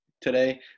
today